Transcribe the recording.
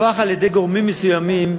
הפך על-ידי גורמים מסוימים,